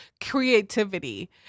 creativity